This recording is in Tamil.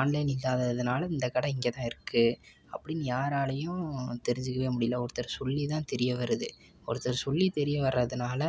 ஆன்லைன் இல்லாததினால இந்த கடை இங்கேதான் இருக்குது அப்படின்னு யாராலையும் தெரிஞ்சுக்கவே முடியல ஒருத்தர் சொல்லிதான் தெரிய வருது ஒருத்தர் சொல்லி தெரிய வர்றதுனால